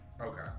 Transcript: Okay